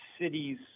cities